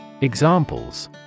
Examples